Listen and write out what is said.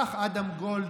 כך אדם גולד,